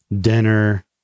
dinner